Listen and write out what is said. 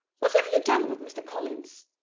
what have you done with mr. collins?